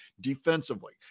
defensively